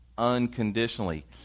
unconditionally